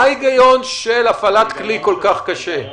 מה ההיגיון של הפעלת כלי כל כך קשה?